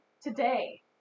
today